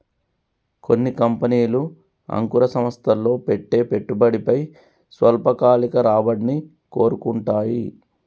కొన్ని కంపెనీలు అంకుర సంస్థల్లో పెట్టే పెట్టుబడిపై స్వల్పకాలిక రాబడిని కోరుకుంటాయి